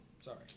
Sorry